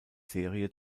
serie